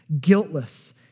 guiltless